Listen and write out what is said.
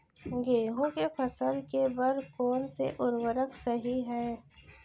गेहूँ के फसल के बर कोन से उर्वरक सही है?